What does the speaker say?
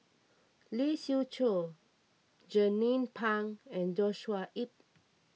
Lee Siew Choh Jernnine Pang and Joshua Ip